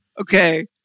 okay